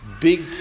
big